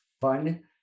fun